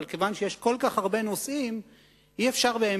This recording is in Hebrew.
אבל מכיוון שיש כל כך הרבה נושאים,